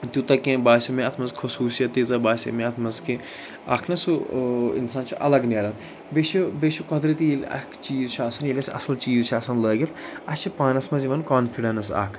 تیٛوتاہ کیٚنٛہہ باسیٛو مےٚ اَتھ منٛز خصوٗصیت تیٖژاہ باسے مےٚ اَتھ منٛز کہِ اَکھ نا سُہ ٲں اِنسان چھُ الگ نیران بیٚیہِ چھُ بیٚیہِ چھُ قۄدرٔتی ییٚلہِ اَکھ چیٖز چھُ آسان ییٚلہِ اسہِ اصٕل چیٖز چھِ آسان لٲگِتھ اسہِ چھُ پانَس منٛز یِوان کوٛانفِڈیٚنٕس اَکھ